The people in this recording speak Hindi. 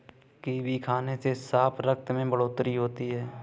कीवी खाने से साफ रक्त में बढ़ोतरी होती है